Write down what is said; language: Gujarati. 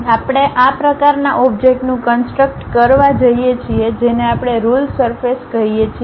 જો આપણે આ પ્રકારના ઓબ્જેક્ટનું કન્સટ્રક્ કરવા જઈએ છીએ જેને આપણે રુલ સરફેસ કહીએ છીએ